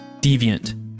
deviant